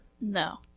no